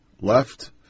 left